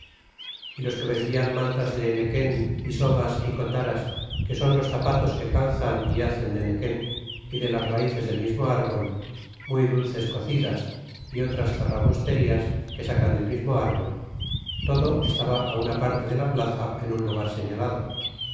y los que vendían mantas de nequen y sogas y cotaras que son los zapatos que calzan y hacen de nequen y de las raíces del mismo arbol muy dulces cocidas y otras zarrabusterías que sacan del mismo arbol todo estaba una parte de la plaza en su lugar señalado